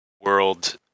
world